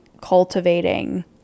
cultivating